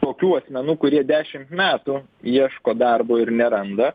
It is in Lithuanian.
tokių asmenų kurie dešimt metų ieško darbo ir neranda